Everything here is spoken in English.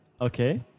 okay